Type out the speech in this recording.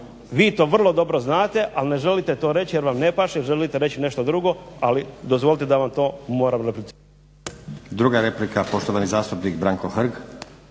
vi to vrlo dobro znate, ali ne želite to reći jer vam ne paše, želite reći nešto drugo ali dozvolite da vam to moram replicirati. **Stazić, Nenad (SDP)** Druga replika, poštovani zastupnik Branko Hrg.